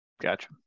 gotcha